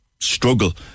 struggle